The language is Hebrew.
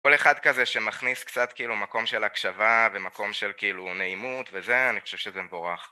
כל אחד כזה שמכניס קצת כאילו מקום של הקשבה ומקום של כאילו נעימות וזה אני חושב שזה מבורך